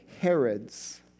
Herods